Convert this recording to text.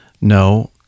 no